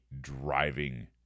driving